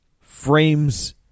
frames